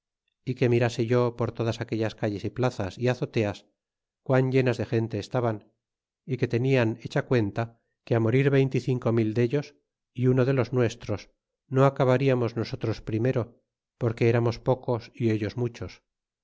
y que mirase yo por todas aquellas calles y plazas y azoteas quin llanas de gente estaban y que tenian hecha cuenta que morir veinte y cinco mil de ellos y uno de los nuestros nos acabariamos nosotros primero porque mutuos pocos y ellos muchos